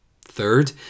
Third